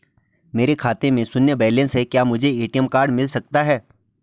मेरे खाते में शून्य बैलेंस है क्या मुझे ए.टी.एम कार्ड मिल सकता है?